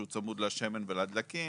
שהוא צמוד לשמן ולדלקים,